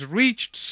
reached